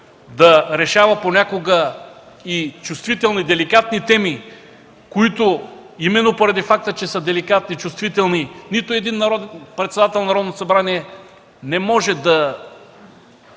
да решава понякога и чувствителни, деликатни теми, които, именно поради факта, че са деликатни, чувствителни, нито един председател на Народното събрание не може да